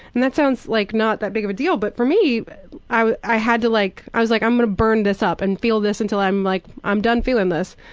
and that sounds like not that big of a deal, but for me i i had to like i was like i'm gonna burn this up and feel this until i'm like i'm done feeling this.